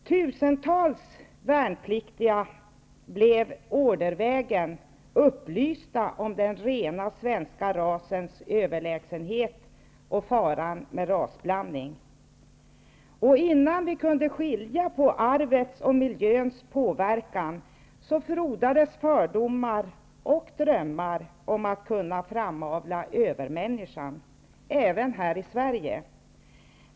Tusentals värnpliktiga blev ordervägen upplysta om den rena svenska rasens överlägsenhet och faran med rasblandning. Innan man kunde skilja på arvets och miljöns påverkan, frodades fördomar och drömmar, även här i Sverige, om att kunna framavla övermänniskan.